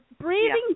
breathing